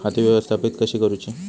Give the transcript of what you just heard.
खाती व्यवस्थापित कशी करूची?